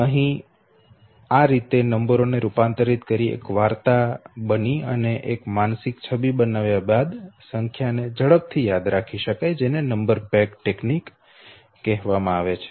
તો આ રીતે નંબરો ને રૂપાંતરિત કરી તેને એક વાર્તા માં બદલાવી એક માનસિક છબી બનાવ્યા બાદ સંખ્યાને ઝડપથી યાદ કરી શકાય જેને નંબર પેગ તકનીક કહેવામાં આવે છે